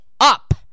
up